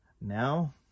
now